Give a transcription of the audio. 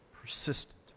Persistent